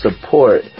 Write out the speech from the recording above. support